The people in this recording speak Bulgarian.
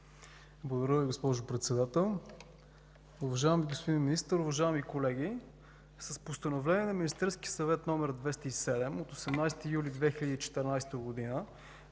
Благодаря Ви, госпожо Председател. Уважаеми господин Министър, уважаеми колеги! С Постановление на Министерския съвет № 207 от 18 юли 2014 г.